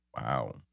Wow